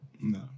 No